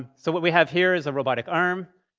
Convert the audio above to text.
ah so what we have here is a robotic arm,